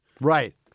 Right